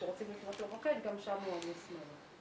וכשרוצים לפנות למוקד גם שם הוא עמוס מאוד.